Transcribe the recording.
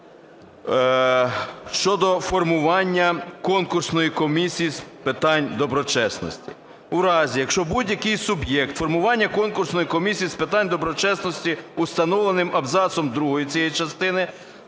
щодо формування Конкурсної комісії з питань доброчесності.